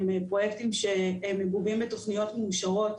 הם פרויקטים שמגובים בתוכניות מאושרות,